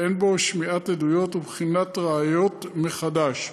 ואין בו שמיעת עדויות ובחינת ראיות מחדש.